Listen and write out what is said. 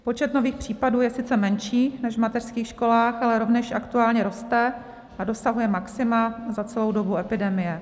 Počet nových případů je sice menší než v mateřských školách, ale rovněž aktuálně roste a dosahuje maxima za celou dobu epidemie.